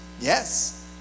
yes